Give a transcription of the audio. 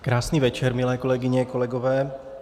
Krásný večer, milé kolegyně, kolegové.